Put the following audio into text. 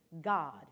God